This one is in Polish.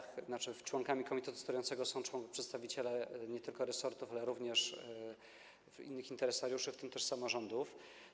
Członkami komitetu sterującego są przedstawiciele nie tylko resortów, ale również innych interesariuszy, w tym samorządów.